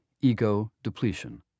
ego-depletion